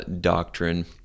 doctrine